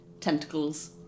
tentacles